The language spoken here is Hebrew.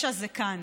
יש"ע זה כאן.